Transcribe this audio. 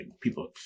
people